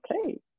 Okay